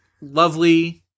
lovely